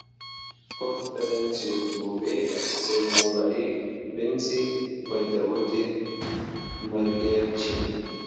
konferencijos globėja seimo narė vincė vaidevutė margevičienė